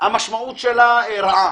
המשמעות שלה רעה.